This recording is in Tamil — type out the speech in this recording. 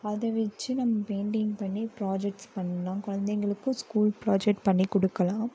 அதை வெச்சு நம்ம பெயிண்டிங் பண்ணி ப்ராஜெக்ட்ஸ் பண்ணலாம் குழந்தைங்களுக்கும் ஸ்கூல் ப்ராஜெக்ட்ஸ் பண்ணிக் கொடுக்கலாம்